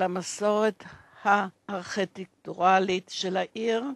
על המסורת הארכיטקטונית של העיר,